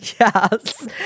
Yes